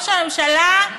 הוא אומר: